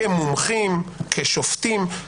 כמומחים, כשופטים.